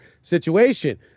situation